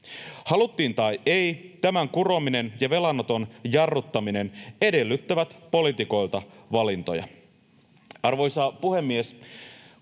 Haluttiin tai ei, tämän kurominen ja velanoton jarruttaminen edellyttävät poliitikoilta valintoja. Arvoisa puhemies!